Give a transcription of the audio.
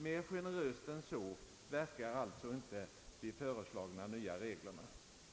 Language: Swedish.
Mer generöst än så verkar alltså inte de föreslagna reglerna,